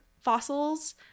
fossils